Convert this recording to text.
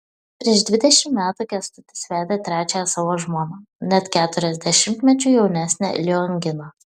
prieš dvidešimt metų kęstutis vedė trečiąją savo žmoną net keturiasdešimtmečiu jaunesnę lionginą